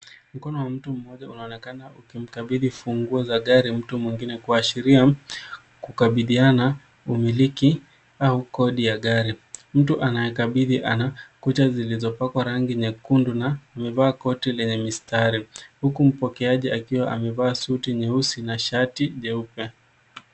Mkono wa mtu mmoja unaonekana ukimkabidhi funguo za gari mtu mwingine kuashiria kukabidhiana, kumiliki au kodi ya gari. Mtu anayemkabidhi ana kuta zilizopakwa rangi nyekundu na amevaa koti lenye mistari huku mpokeaji akiwa amevaa suti nyeusi na shati jeupe.